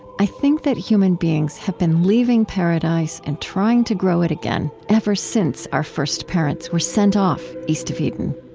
i think that human beings have been leaving paradise and trying to grow it again ever since our first parents were sent off east of eden.